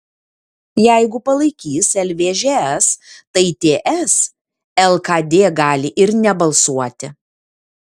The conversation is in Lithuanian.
jeigu palaikys lvžs tai ts lkd gali ir nebalsuoti